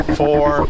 four